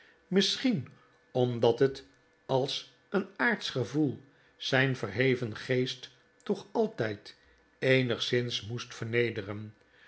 misschien omdat het als een aardsch gevoel zijn verheven geest toch altijd eenigszins moest vernederen